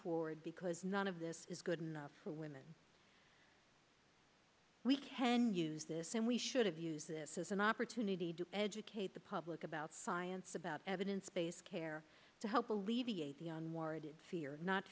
forward because none of this is good enough for women we can use this and we should have used this as an opportunity to educate the public about science about evidence based care to help